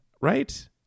Right